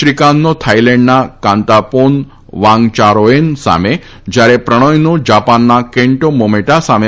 શ્રીકાંતનો થાઈલેન્ડના Kantaphon Wangcharoen સામે ક્યારે પ્રણોયનો જાપાનના કેન્ટો મોમોટા સામે